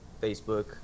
Facebook